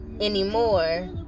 anymore